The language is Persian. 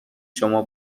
شما